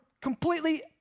completely